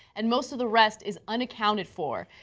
and most of the rest is unaccounted for.